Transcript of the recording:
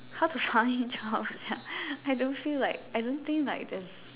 how to drop Sia I don't feel like I don't think like